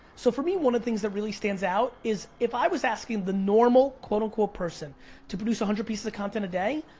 so for me, one of the things that really stands out is if i was asking the normal, quote unquote person to produce one hundred pieces of content a day,